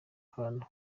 ahantu